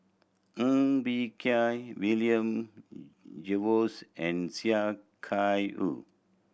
Ng Bee Kia William Jervois and Sia Kah Hui